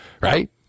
Right